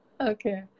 okay